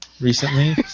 recently